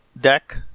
deck